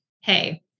hey